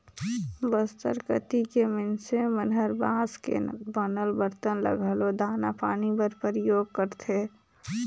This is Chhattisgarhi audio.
बस्तर कति के मइनसे मन हर बांस के बनल बरतन ल घलो दाना पानी बर परियोग करथे